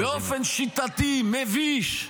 באופן שיטתי, מביש,